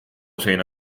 seina